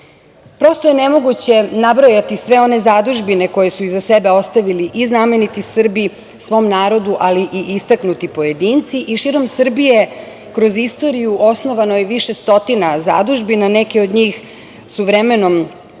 je nemoguće nabrojati sve one zadužbine koje su iza sebe ostavili i znameniti Srbi svom narodu, ali i istaknuti pojedinci i širom Srbije kroz istoriju osnovano je više stotina zadužbina. Neke od njih su vremenom,